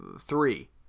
three